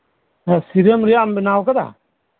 ᱱᱚᱣᱟ ᱥᱤᱨᱚᱢ ᱨᱮᱱᱟᱜ ᱮᱢ ᱵᱮᱱᱟᱣ ᱠᱟᱫᱟ